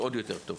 להגיע ל-25.